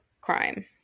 crime